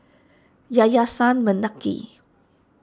Yayasan Mendaki